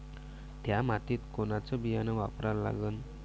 थ्या मातीत कोनचं बियानं वापरा लागन?